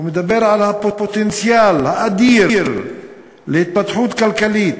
מדבר על הפוטנציאל האדיר להתפתחות כלכלית.